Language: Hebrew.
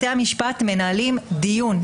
בתי המשפט מנהלים דיון.